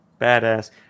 badass